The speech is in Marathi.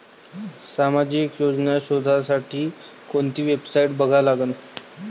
सामाजिक योजना शोधासाठी कोंती वेबसाईट बघा लागन?